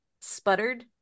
sputtered